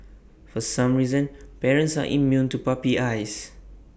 for some reason parents are immune to puppy eyes